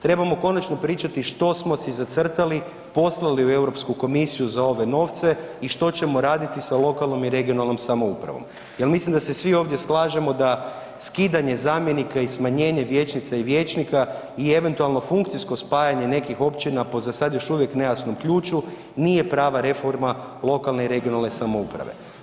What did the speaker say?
Trebamo konačno pričati što smo si zacrtali, poslali u EU komisiju za ove novce i što ćemo raditi sa lokalnom i regionalnom samoupravom jer mislim da se svi ovdje slažemo da skidanje zamjenika i smanjenje vijećnica i vijećnika i eventualno funkcijsko spajanje nekih općina po za sada još uvijek nejasnom ključu, nije prava reforma lokalne i regionalne samouprave.